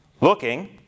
Looking